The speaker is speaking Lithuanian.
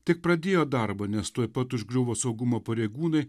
tik pradėjo darbą nes tuoj pat užgriuvo saugumo pareigūnai